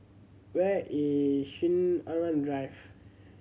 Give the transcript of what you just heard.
where is Sinaran Drive